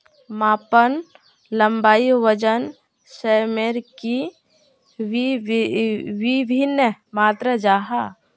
मापन लंबाई वजन सयमेर की वि भिन्न मात्र जाहा?